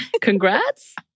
congrats